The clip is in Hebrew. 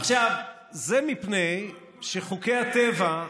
עכשיו, זה מפני שחוקי הטבע,